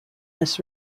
this